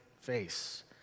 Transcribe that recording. face